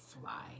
Fly